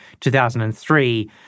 2003